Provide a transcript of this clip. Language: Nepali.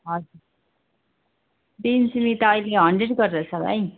हजुर बिन सिमी त अहिले हन्ड्रेड गरेर छ भाइ